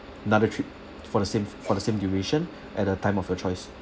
another trip for the same for the same duration at a time of your choice